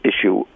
issue